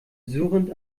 surrend